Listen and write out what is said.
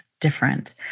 different